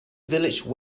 village